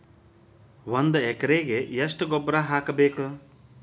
ಒಂದ್ ಎಕರೆಗೆ ಎಷ್ಟ ಗೊಬ್ಬರ ಹಾಕ್ಬೇಕ್?